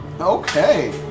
Okay